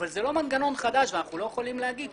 אבל זה לא מנגנון חדש ואנחנו לא יכולים להגיד שהוא לא אפשרי.